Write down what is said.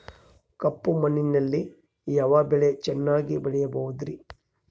ಕಪ್ಪು ಮಣ್ಣಿನಲ್ಲಿ ಯಾವ ಬೆಳೆ ಚೆನ್ನಾಗಿ ಬೆಳೆಯಬಹುದ್ರಿ?